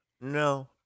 No